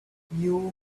you